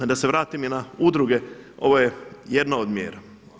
A da se vratim i na udruge, ovo je jedna od mjera.